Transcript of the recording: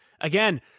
again